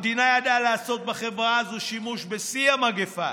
המדינה ידעה לעשות בחברה הזו שימוש בשיא המגפה,